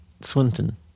Swinton